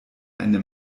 eine